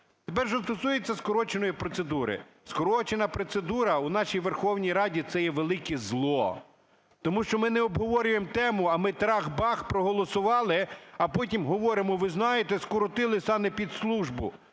Тепер, що стосується скороченої процедури. Скорочена процедура у нашій Верховній Раді – це є велике зло. Тому що ми не обговорюємо тему, а ми, трах-бах – проголосували, а потім говоримо, ви знаєте, скоротили санепідслужбу.